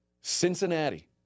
Cincinnati